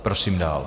Prosím dál.